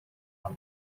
are